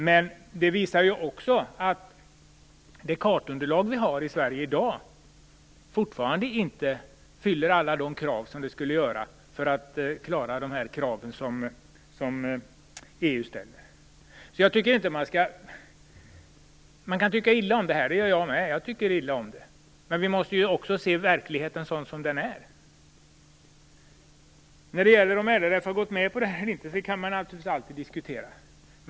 Men det visar sig att det kartunderlag som vi har i Sverige i dag fortfarande inte uppfyller alla de krav som EU ställer. Man kan tycka illa om det - jag tycker också illa om det - men vi måste se verkligheten som den är. Det kan alltid diskuteras om LRF har gått med på det här eller inte.